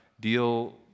deal